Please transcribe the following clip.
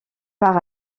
par